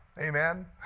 Amen